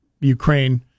Ukraine